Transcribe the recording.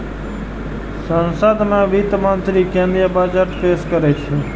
संसद मे वित्त मंत्री केंद्रीय बजट पेश करै छै